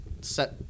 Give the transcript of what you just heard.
set